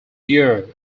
year